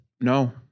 No